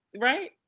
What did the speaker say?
right